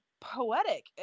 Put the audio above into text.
poetic